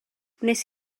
wnes